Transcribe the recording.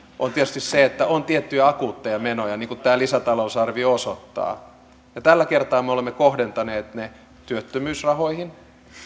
on tietysti se että on tiettyjä akuutteja menoja niin kuin tämä lisätalousarvio osoittaa tällä kertaa me olemme kohdentaneet ne työttömyysrahoihin